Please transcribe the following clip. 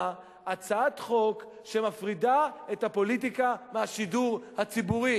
הצעת חוק שמפרידה את הפוליטיקה מהשידור הציבורי